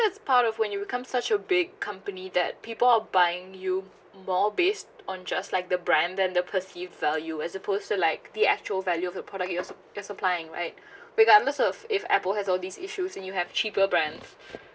that's part of when you become such a big company that people are buying you more based on just like the brand and the perceived value as opposed to like the actual value of the product you als~ you supplying right regardless of if apple has all these issues and you have cheaper brands